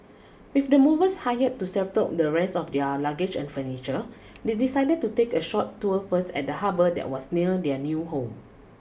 with the movers hired to settle the rest of their luggage and furniture they decided to take a short tour first of the harbour that was near their new home